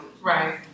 Right